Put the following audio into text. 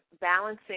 balancing